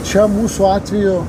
čia mūsų atveju